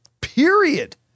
period